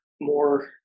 more